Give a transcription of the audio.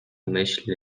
myśl